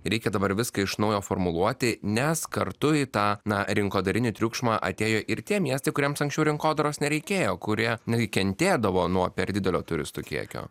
reikia dabar viską iš naujo formuluoti nes kartu į tą na rinkodarinį triukšmą atėjo ir tie miestai kuriems anksčiau rinkodaros nereikėjo kurie netgi kentėdavo nuo per didelio turistų kiekio